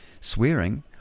swearing